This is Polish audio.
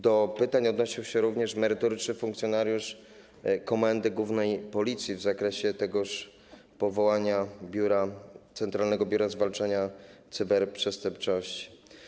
Do pytań odnosił się również merytoryczny funkcjonariusz Komendy Głównej Policji w zakresie powołania Centralnego Biura Zwalczania Cyberprzestępczości.